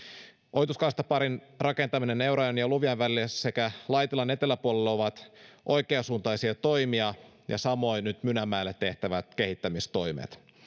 ohituskaistaparin rakentaminen eurajoen ja luvian välille sekä laitilan eteläpuolelle ovat oikeasuuntaisia toimia ja samoin nyt mynämäelle tehtävät kehittämistoimet